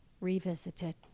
Revisited